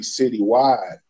citywide